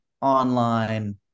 online